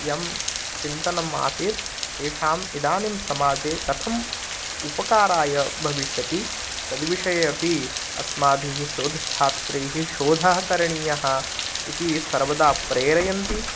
यत् चिन्तनम् आसीत् तेषाम् इदानीं समाजे कथम् उपकाराय भविष्यति तद्विषये अपि अस्माभिः शोधच्छात्रैः शोधः करणीयः इति सर्वदा प्रेरयन्ति